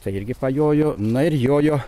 tai irgi pajojo na ir jojo